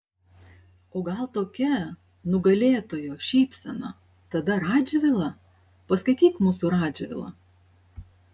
o gal tokia nugalėtojo šypsena tada radžvilą paskaityk mūsų radžvilą